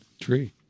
Tree